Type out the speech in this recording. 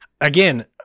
again